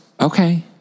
Okay